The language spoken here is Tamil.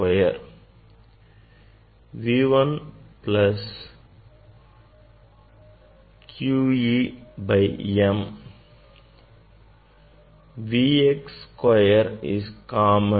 y 1 plus this so here q E by m is common and V x square is common